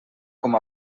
com